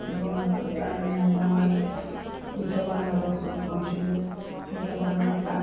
দুদিনৰ কাৰণে মই সূৰ্য পাহাৰ